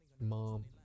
mom